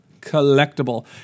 Collectible